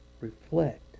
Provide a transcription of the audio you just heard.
reflect